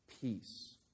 Peace